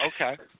Okay